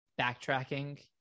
backtracking